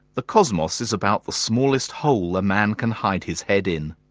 the cosmos is about the smallest hole a man can hide his head in.